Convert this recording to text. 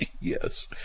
Yes